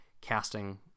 casting